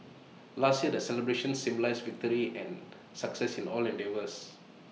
last year the celebrations symbolised victory and success in all endeavours